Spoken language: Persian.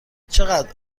چقدر